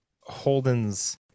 holden's